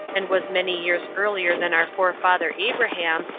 and was many years earlier than our forefather abraham,